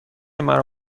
مرا